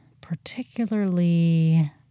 particularly